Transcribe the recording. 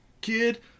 kid